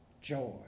joy